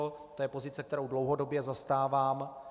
To je pozice, kterou dlouhodobě zastávám.